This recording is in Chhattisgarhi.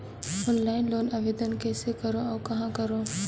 ऑफलाइन लोन आवेदन कइसे करो और कहाँ करो?